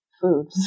food